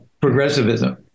progressivism